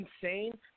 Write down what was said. insane